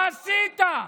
מה עשית?